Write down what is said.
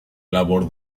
labor